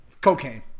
Cocaine